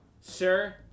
Sir